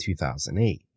2008